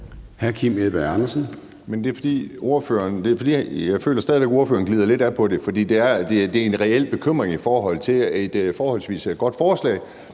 Jeg føler stadig væk, at ordføreren glider lidt af på det. Det er en reel bekymring i forhold til et forholdsvis godt forslag,